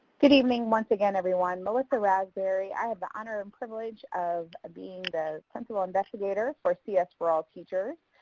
good evening once again, everyone. melissa rasberry. i have the honor and privilege of ah being the principal investigator for cs for all teachers.